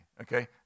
okay